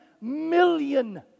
million